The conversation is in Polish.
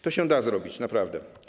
To się da zrobić, naprawdę.